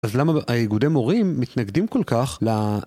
אז למה האיגודי מורים מתנגדים כל כך ל...